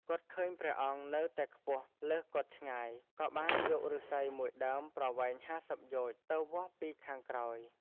គាត់ឃើញព្រះអង្គនៅតែខ្ពស់លើសគាត់ឆ្ងាយ ក៏បានយកឫស្សីមួយដើមប្រវែង ៥០ យោជន៍ ទៅវាស់ពីខាងក្រោយ។